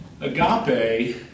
Agape